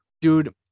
Dude